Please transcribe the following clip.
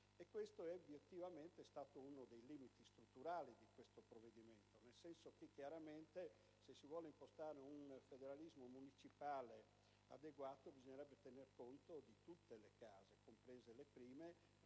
Questo obiettivamente è stato uno dei limiti strutturali del provvedimento. È chiaro infatti che se si vuole impostare un federalismo municipale adeguato bisognerebbe tener conto di tutte le case, comprese le prime,